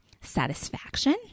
satisfaction